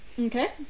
Okay